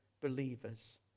believers